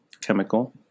chemical